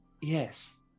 yes